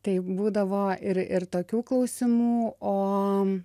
tai būdavo ir ir tokių klausimų o